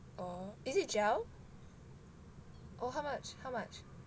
oh is it gel oh how much how much